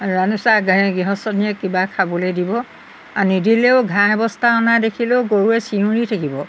জানোচা গৃহচনীয়ে কিবা খাবলৈ দিব আৰু নিদিলেও ঘাঁহ একবস্তা অনা দেখিলেও গৰুৱে চিঞৰি থাকিব